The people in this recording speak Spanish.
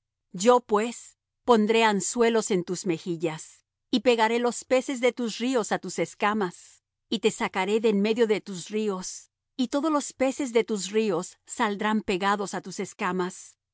yo pues pondré anzuelos en tus mejillas y pegaré los peces de tus ríos á tus escamas y te sacaré de en medio de tus ríos y todos los peces de tus ríos saldrán pegados á tus escamas